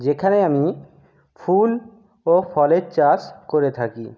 যেখানে আমি ফুল ও ফলের চাষ করে থাকি